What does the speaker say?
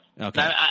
Okay